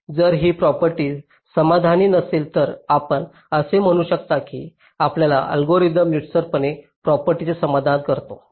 जर ही प्रॉपर्टी समाधानी असेल तर आपण असे म्हणू शकता की आपला अल्गोरिदम नीरसपणाच्या प्रॉपर्टीचे समाधान करतो